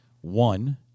One